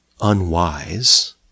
unwise